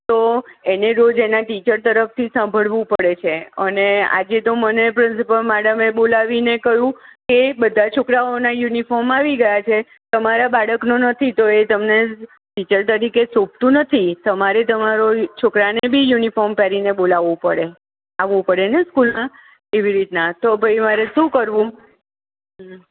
તો એને રોજ એના ટીચર તરફથી સાંભડવું પડે છે અને આજે તો મને પ્રિન્સિપલ મેડમએ બોલાવીને કહ્યું કે બધા છોકરાઓના યુનિફોર્મ આવી ગયા છે તમારા બાળકનો નથી તો એ તમને ટીચર તરીકે શોભતું નથી તમારે તમારો છોકરાને યુનિફોર્મ પેહરીને બોલાવો પડે ને સ્કૂલમાં એવી રીતના તો ભાઈ મારે શું કરવું